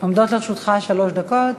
עומדות לרשותך שלוש דקות.